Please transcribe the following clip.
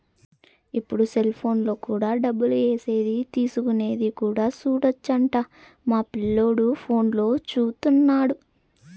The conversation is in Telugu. ఇప్పుడు సెలిపోనులో కూడా డబ్బులు ఏసేది తీసుకునేది కూడా సూడొచ్చు అంట మా పిల్లోడు ఫోనులో చూత్తన్నాడు